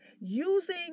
using